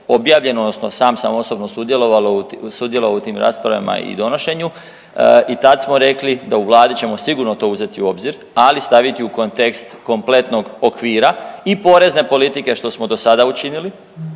objavljeno odnosno sam sam osobno sudjelovao u tim raspravama i donošenju i tad smo rekli da u Vladi ćemo sigurno to uzeti u obzir, ali staviti i u kontekst kompletnog okvira i porezne politike što smo do sada učinili,